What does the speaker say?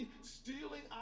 stealing